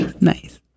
nice